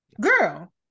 girl